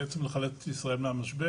בלחלץ את מדינת ישראל מהמשבר,